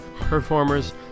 performers